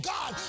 God